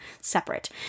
separate